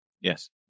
Yes